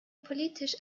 politisch